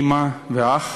האימא והאח,